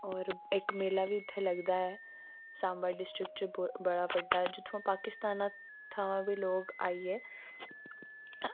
और इक मेला बी उत्थें लगदा ऐ साम्बा डिस्ट्रिक्ट च बड़ा बड्डा जित्थुआं पाकिस्तान थमां वी लोग आइयै